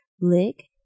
lick